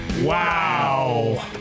Wow